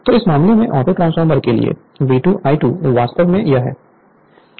तो इस मामले में ऑटोट्रांसफॉर्मर के लिए V2 I2 वास्तव में यह है